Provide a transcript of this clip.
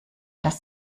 dass